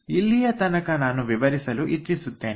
ಇಲ್ಲಿಯ ತನಕ ನಾನು ವಿವರಿಸಲು ಇಚ್ಚಿಸುತ್ತೇನೆ